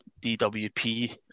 DWP